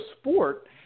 sport